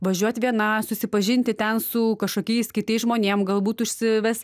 važiuot viena susipažinti ten su kažkokiais kitais žmonėm galbūt užsives